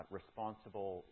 responsible